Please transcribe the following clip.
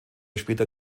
später